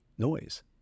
noise